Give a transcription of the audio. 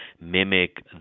mimic